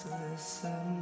listen